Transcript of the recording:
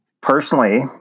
Personally